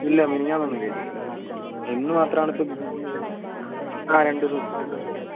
ഇല്ല മിനിഞ്ഞാന്നൊന്നും കഴിച്ചിട്ടില്ല ഇന്ന് മാത്രമാണ് ഇപ്പം ബീഫ് കഴിച്ചത് ആ രണ്ട് മൂന്ന് രണ്ട് മൂന്ന് ദിവസമായി